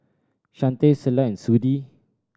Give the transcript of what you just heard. Chantel Selah Sudie